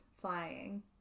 flying